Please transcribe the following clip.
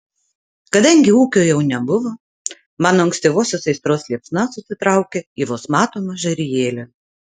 kadangi ūkio jau nebuvo mano ankstyvosios aistros liepsna susitraukė į vos matomą žarijėlę